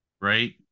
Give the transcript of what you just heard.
Right